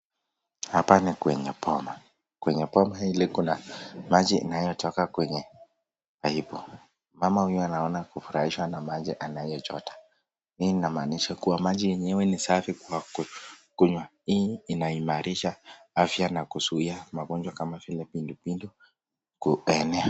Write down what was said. Hapa ni kwenye boma . Kwenye boma hili kuna maji safi kutoka kwenye paipu. Mama huyu anaona kufurahishwa maji anayochota. Hii inamaanisha kuwa maji yenyewe ni safi kwa kunywa. Hii inaimarisha afya na kuzuia magonjwa kama vile kipindupindu kuenea.